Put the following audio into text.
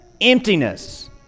Emptiness